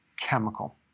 chemical